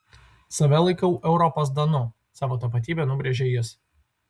save laikau europos danu savo tapatybę nubrėžė jis